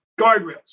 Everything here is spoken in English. guardrails